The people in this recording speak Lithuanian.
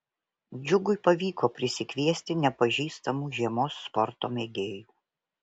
džiugui pavyko prisikviesti nepažįstamų žiemos sporto mėgėjų